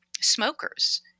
smokers